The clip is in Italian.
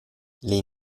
lei